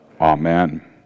Amen